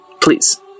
Please